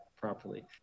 properly